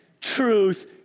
truth